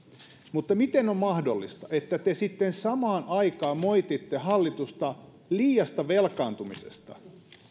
mutta miten on mahdollista että te sitten samaan aikaan moititte hallitusta liiasta velkaantumisesta